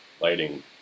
lighting